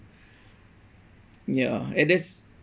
ya an~ that's